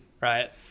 Right